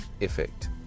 effect